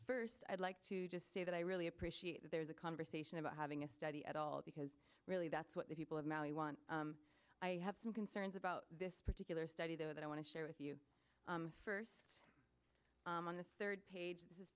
first i'd like to just say that i really appreciate that there is a conversation about having a study at all because really that's what the people of maui want i have some concerns about this particular study that i want to share with you first on the third page this is